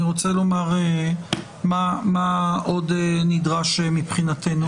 אני רוצה לומר מה עוד נדרש מבחינתנו.